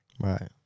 Right